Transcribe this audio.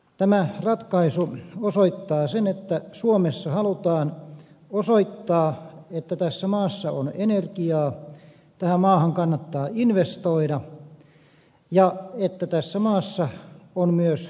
tämä ratkaisu osoittaa sen että suomessa halutaan osoittaa että tässä maassa on energiaa tähän maahan kannattaa investoida ja että tässä maassa on myös työvoimalla työllisyyttä